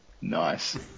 Nice